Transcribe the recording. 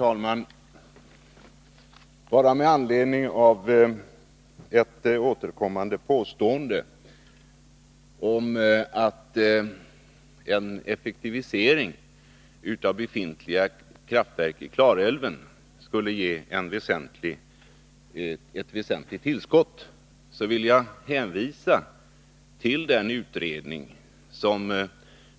Herr talman! Med anledning av ett återkommande påstående om att en effektivisering av befintliga kraftverk i Klarälven skulle ge ett väsentligt tillskott, vill jag hänvisa till den utredning som